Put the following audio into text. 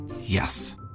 Yes